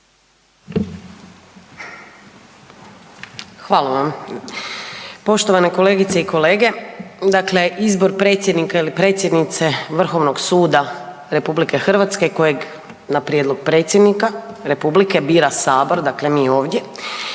Hvala vam. Poštovane kolegice i kolege. Dakle, izbor predsjednika ili predsjednika Vrhovnog suda RH kojeg na prijedlog Predsjednika Republike bira Sabor, dakle mi ovdje